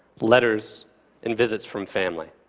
letters and visits from family.